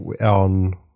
on